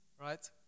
right